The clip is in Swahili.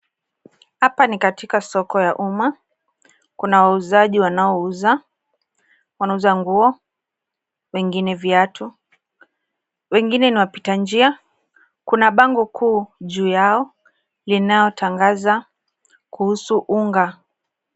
Hapa ni katika soko ya umma, kuna wauzaji wanaouza, wanauza nguo, wengine viatu, wengine ni wapita njia. Kuna bango kuu juu yao linalotangaza kuhusu unga.